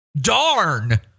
Darn